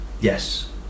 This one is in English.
yes